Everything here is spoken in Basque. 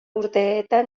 urteetan